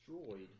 destroyed